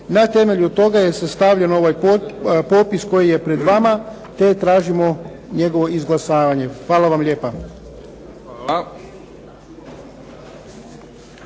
Na temelju toga je sastavljen ovaj popis koji je pred vama, te tražimo njegovo izglasavanje. Hvala vam lijepa.